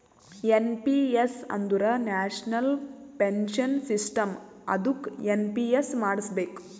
N P S ಅಂದುರ್ national pension system ಅದ್ದುಕ NPS ಮಾಡುಸ್ಬೇಕ್